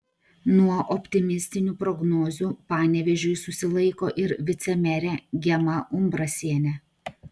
nuo optimistinių prognozių panevėžiui susilaiko ir vicemerė gema umbrasienė